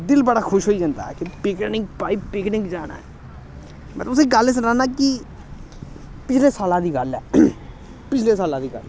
दिल बड़ा खुश होई जंदा कि पिकनिक भाई पिकनिक जाना ऐ में तुसें गी गल्ल सनान्नां कि पिछले साल्ला दी गल्ल ऐ पिछले साल्ला दी गल्ल ऐ